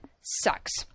sucks